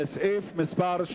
חברי